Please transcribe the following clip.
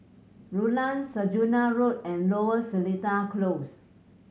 Rulang Saujana Road and Lower Seletar Close